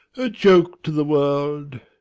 a joke to the world.